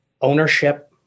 ownership